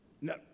No